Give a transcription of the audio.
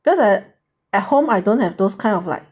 because I at home I don't have those kind of like